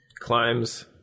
Climbs